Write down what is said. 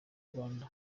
rwanda